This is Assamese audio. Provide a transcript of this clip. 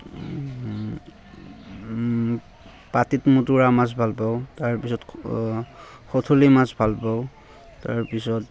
পাটিত মুতুৰা মাছ ভাল পাওঁ তাৰপিছত শথলি মাছ ভাল পাওঁ তাৰপিছত